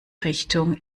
richtung